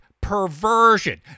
perversion